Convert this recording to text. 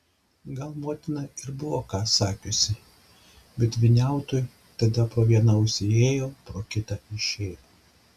gal motina ir buvo ką sakiusi bet vyniautui tada pro vieną ausį įėjo pro kitą išėjo